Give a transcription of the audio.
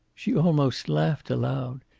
she almost laughed aloud.